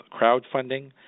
crowdfunding